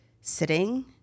sitting